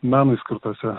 menui skirtose